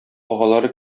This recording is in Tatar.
агалары